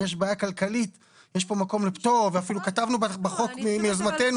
אם יש בעיה כלכלית יש כאן מקום לפטור ואפילו כתבנו בחוק מיוזמתנו.